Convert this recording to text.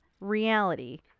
reality